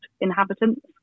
inhabitants